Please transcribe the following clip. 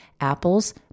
Apples